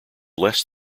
less